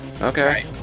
Okay